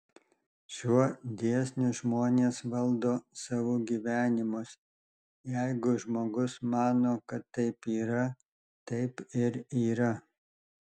šiuo dėsniu žmonės valdo savo gyvenimus jeigu žmogus mano kad taip yra taip ir yra